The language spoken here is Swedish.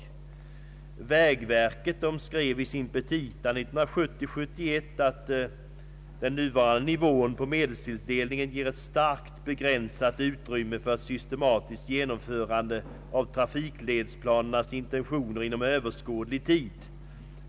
I vägverkets petita 1970/71 framhålles att den nuvarande nivån på medelstilldelningen ger ett starkt begränsat utrymme för ett systematiskt genomförande av trafikledsplanernas intentioner inom överskådlig tid.